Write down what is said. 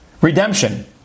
redemption